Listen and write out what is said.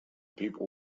people